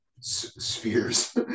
spheres